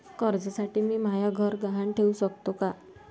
कर्जसाठी मी म्हाय घर गहान ठेवू सकतो का